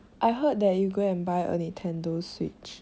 is it fun I think damn fun leh I play like every day sia